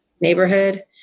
neighborhood